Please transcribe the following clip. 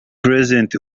present